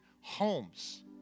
homes